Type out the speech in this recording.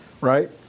right